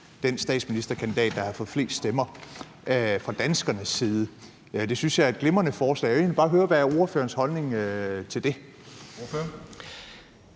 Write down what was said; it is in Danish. den statsministerkandidat, der havde fået flest stemmer fra danskernes side. Det synes jeg er et glimrende forslag, og jeg vil egentlig bare